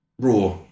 Raw